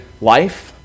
life